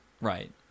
Right